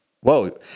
whoa